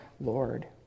Lord